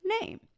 name